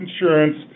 insurance